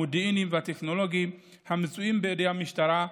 המודיעיניים והטכנולוגיים המצויים בידי המשטרה,